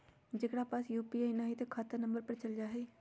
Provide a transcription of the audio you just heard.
जेकरा पास यू.पी.आई न है त खाता नं पर चल जाह ई?